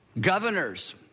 governors